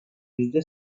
yüzde